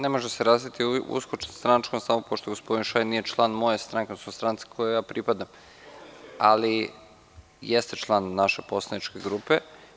Ne može se uskostranačko samo pošto gospodin Šajn nije član moje stranke odnosno stranci kojoj ja pripadam, ali jeste član naše poslaničke grupe.